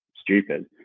stupid